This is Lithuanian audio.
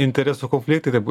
interesų konfliktai taip